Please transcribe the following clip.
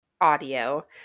audio